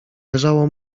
leżało